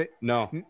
No